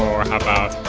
or how about